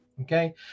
okay